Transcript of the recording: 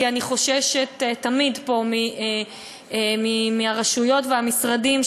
כי אני תמיד חוששת פה מהרשויות והמשרדים,